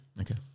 Okay